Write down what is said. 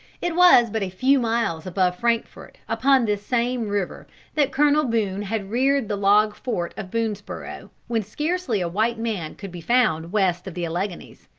it was but a few miles above frankfort upon this same river that colonel boone had reared the log fort of boonesborough, when scarcely a white man could be found west of the alleghanies.